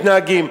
מתנהגים,